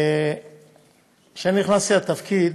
כשאני נכנסתי לתפקיד